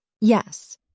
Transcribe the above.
Yes